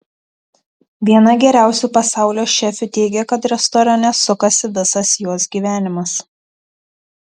viena geriausių pasaulio šefių teigia kad restorane sukasi visas jos gyvenimas